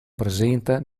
presenta